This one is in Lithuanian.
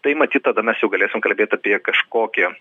tai matyt tada mes jau galėsim kalbėt apie kažkokią